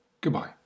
Goodbye